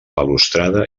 balustrada